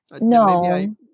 No